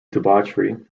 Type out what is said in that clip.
debauchery